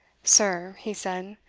sir, he said,